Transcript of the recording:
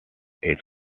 its